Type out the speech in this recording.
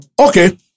Okay